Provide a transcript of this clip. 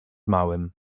małym